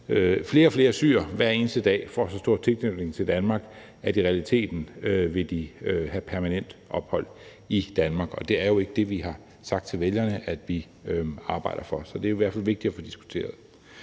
flere og flere syrere hver eneste dag får så stor tilknytning til Danmark, at de i realiteten vil have permanent ophold i Danmark. Og det er jo ikke det, vi har sagt til vælgerne vi arbejder for. Så det er i hvert fald vigtigt at få diskuteret